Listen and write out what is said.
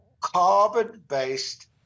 carbon-based